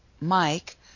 Mike